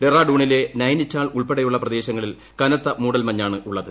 ഡറാഡൂണിലെ നൈനിറ്റാൽ ഉൾപ്പെടെയുള്ള പ്രദേശങ്ങളിൽ കനത്ത മൂടൽ മഞ്ഞാണുള്ളത്